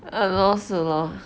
!hannor! 是 lor